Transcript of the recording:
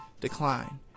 decline